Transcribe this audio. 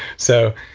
so,